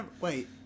Wait